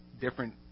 different